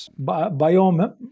biome